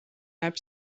näeb